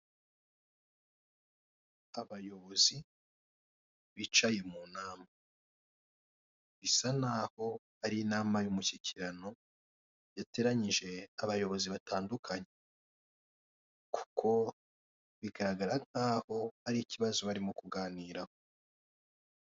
Abayobozi bicaye mu nama bisa naho ari inama y'umushyikirano yateranyije abayobozi batandukanye, kuko bigaragara nkaho ari ikibazo bari kuganiraho.